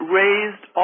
raised